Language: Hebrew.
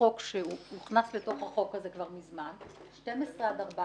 ש-12 עד 14